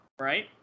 Right